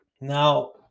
Now